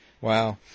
Wow